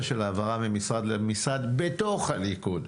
של העברה ממשרד למשרד בתוך הליכוד.